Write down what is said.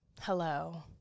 hello